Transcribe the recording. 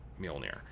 Mjolnir